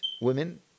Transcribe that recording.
women